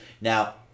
Now